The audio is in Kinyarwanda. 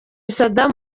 saddam